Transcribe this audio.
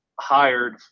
hired